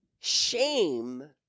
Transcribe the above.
shame